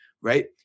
right